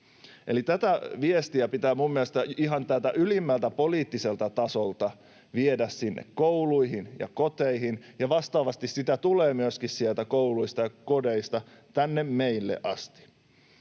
ihan tältä ylimmältä poliittiselta tasolta viedä sinne kouluihin ja koteihin, ja vastaavasti sitä tulee myöskin sieltä kouluista ja kodeista tänne meille asti,